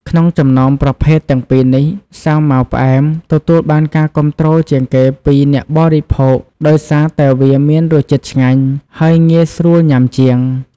ក្នុងចំណោមប្រភេទទាំងពីរនេះ សាវម៉ាវផ្អែម ទទួលបានការគាំទ្រជាងគេពីអ្នកបរិភោគដោយសារតែវាមានរសជាតិឆ្ងាញ់ ហើយងាយស្រួលញ៉ាំជាង។